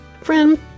Friend